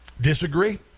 Disagree